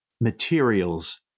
materials